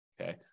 Okay